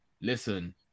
listen